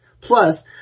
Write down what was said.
Plus